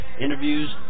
interviews